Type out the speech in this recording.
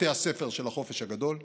בתי הספר של החופש הגדול.